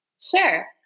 Sure